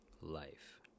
Life